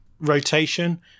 Rotation